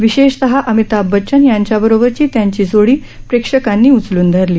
विशेषतः अमिताभ बच्चन यांच्याबरोबरची त्यांची जोडी प्रेक्षकांनी उचलून धरली